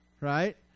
right